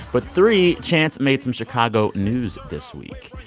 but three, chance made some chicago news this week.